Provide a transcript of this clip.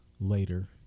later